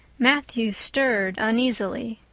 matthew stirred uneasily.